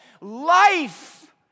life